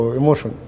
emotion